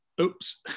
oops